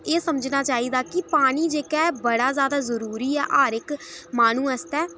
एह् समझना चाहिदा कि पानी जेह्का ऐ बड़ा ज्यादा जरूरी ऐ हार इक माह्नू आस्तै